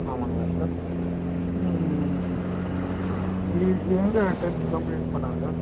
ஆமாம்ங்களா sir எங்கே tenth complete பண்ணார் sir